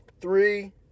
three